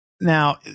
now